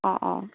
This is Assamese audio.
অঁ অঁ